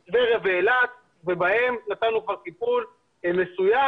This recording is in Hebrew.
הן טבריה ואילת ושם כבר נתנו טיפול מסוים.